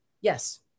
Yes